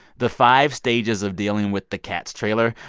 the five stages of dealing with the cats trailer,